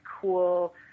cool